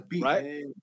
right